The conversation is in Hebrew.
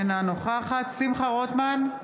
אינה נוכחת שמחה רוטמן,